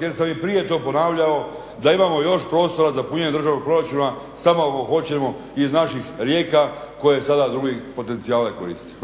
jer sam i prije to ponavljao da imamo još prostora za punjenje državnog proračuna samo ako hoćemo iz naših rijeka koje sada drugi potencijale koristi.